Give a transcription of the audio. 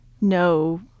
no